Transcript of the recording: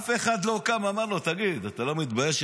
אף אחד לא קם ואמר לו: אתה לא מתבייש,